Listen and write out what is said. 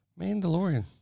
mandalorian